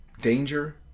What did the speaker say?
danger